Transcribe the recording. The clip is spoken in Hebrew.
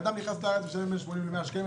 כשאדם נכנס לארץ אתה צריך לשלם בין 80 100 שקלים,